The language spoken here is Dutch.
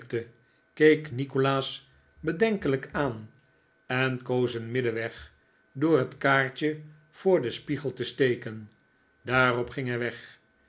keek nikolaas bedenkelijk aan en koos een middenweg door het kaartje voor den spiegel te steken daarop ging hij weg